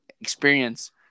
experience